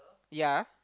yea